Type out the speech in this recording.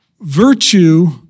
Virtue